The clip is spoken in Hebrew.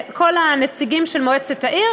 כל הנציגים של מועצת העיר,